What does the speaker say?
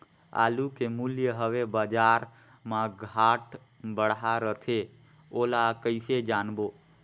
आलू के मूल्य हवे बजार मा घाट बढ़ा रथे ओला कइसे जानबो?